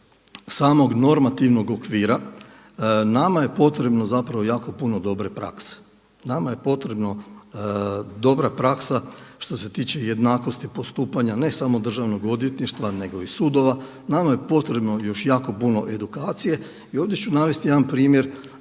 samog normativnog okvira. Nama je potrebno zapravo jako puno dobre prakse. Nama je potrebna dobra praksa što se tiče jednakosti postupanja ne samo državnog odvjetništva nego i sudova. Nama je potrebno još jako puno edukacije. I ovdje ću navesti jedan primjer